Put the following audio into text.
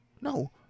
no